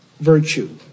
virtue